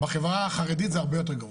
בחברה החרדית זה הרבה יותר גרוע,